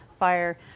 fire